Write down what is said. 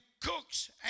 cooks